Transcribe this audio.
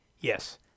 Yes